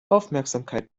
aufmerksamkeit